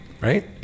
right